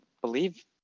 believe